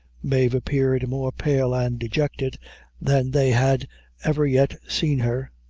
mave appeared more pale and dejected than they had ever yet seen her,